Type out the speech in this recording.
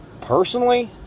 personally